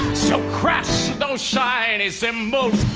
so crash those shiny cymbals,